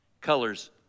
Colors